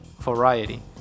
variety